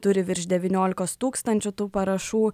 turi virš devyniolikos tūkstančių tų parašų